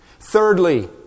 Thirdly